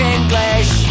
English